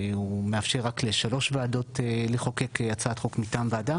הוא מאפשר רק לשלוש ועדות לחוקק הצעת חוק מטעם ועדה